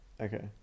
Okay